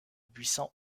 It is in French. buisson